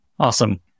Awesome